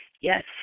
Yes